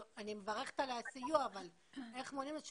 אני מברכת על הסיוע אבל איך מונעים את זה,